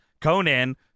conan